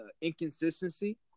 inconsistency